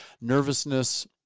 nervousness